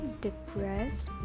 depressed